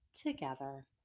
together